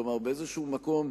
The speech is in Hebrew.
כלומר, באיזשהו מקום,